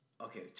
Okay